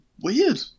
weird